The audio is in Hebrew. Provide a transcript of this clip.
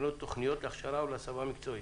ולבנות תוכניות להכשרה ולהסבה מקצועית.